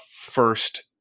first